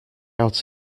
out